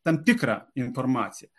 tam tikrą informaciją